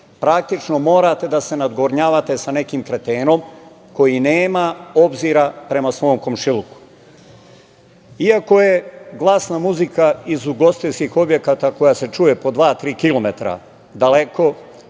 Praktično morate da se nadgovornjavate sa nekim kretenom, koji nema obzira prema svom komšiluku. Iako je glasna muzika, iz ugostiteljskih objekata, koja se čuje po dva tri kilometara daleko,